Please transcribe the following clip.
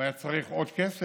הוא היה צריך עוד כסף,